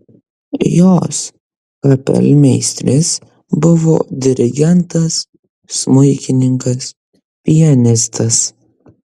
jos kapelmeisteris buvo dirigentas smuikininkas pianistas